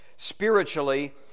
Spiritually